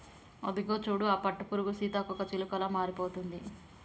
అదిగో చూడు ఆ పట్టుపురుగు సీతాకోకచిలుకలా మారిపోతుంది